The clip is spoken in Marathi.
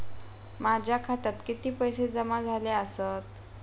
माझ्या खात्यात किती पैसे जमा झाले आसत?